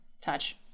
touch